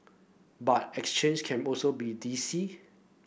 but exchange can also be dicey